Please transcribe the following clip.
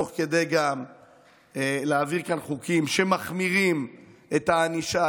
תוך כדי גם להעביר כאן חוקים שמחמירים את הענישה,